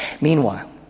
Meanwhile